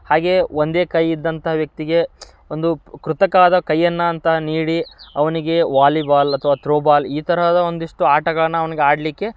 ಹಾಗೇ ಒಂದೇ ಕೈ ಇದ್ದಂತಹ ವ್ಯಕ್ತಿಗೆ ಒಂದು ಕೃತಕ್ವಾದ ಕೈಯನ್ನು ಅಂತ ನೀಡಿ ಅವನಿಗೆ ವಾಲಿಬಾಲ್ ಅಥವಾ ತ್ರೋಬಾಲ್ ಈ ತರಹದ ಒಂದಿಷ್ಟು ಆಟಗಳನ್ನ ಅವನಿಗೆ ಆಡಲಿಕ್ಕೆ